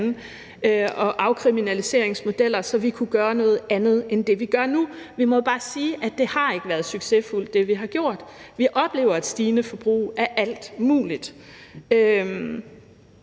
og afkriminaliseringsmodeller, så vi kunne gøre noget andet end det, vi gør nu? Vi må jo bare sige, at det, vi har gjort, ikke har været succesfuldt. Vi oplever et stigende forbrug af alt muligt.